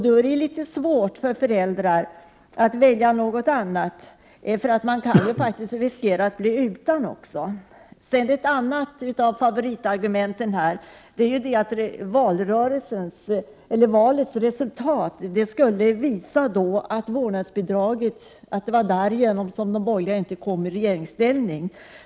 Då är det svårt för föräldrar att välja något annat, eftersom man riskerar att bli utan barnomsorg. Ett annat av Bengt Lindqvists favoritargument är att valets resultat visar att förslaget om vårdnadsbidrag var orsaken till att de borgerliga inte kom i regeringsställning.